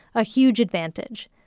a huge advantage.